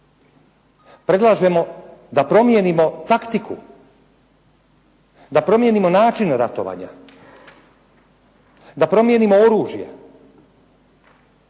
Predlažemo da promijenimo taktiku, da promijenimo način ratovanja, da promijenimo oružje